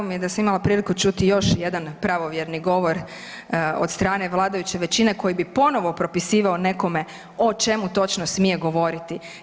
Drago mi je da sam imala priliku čuti još jedan pravovjerni govor od strane vladajuće većine koji bi ponovo propisivao nekome o čemu točno smije govoriti.